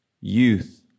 youth